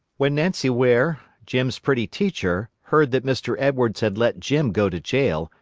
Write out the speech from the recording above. when nancy ware, jim's pretty teacher, heard that mr. edwards had let jim go to jail,